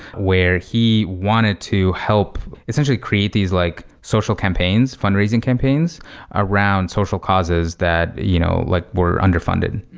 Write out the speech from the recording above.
where he wanted to help essentially create these like social campaigns, fundraising campaigns around social causes that you know like were underfunded.